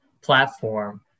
platform